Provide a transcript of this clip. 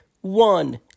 one-